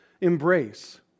embrace